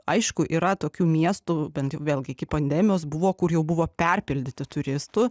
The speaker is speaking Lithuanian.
aišku yra tokių miestų bent vėlgi iki pandemijos buvo kurių buvo perpildyta turistų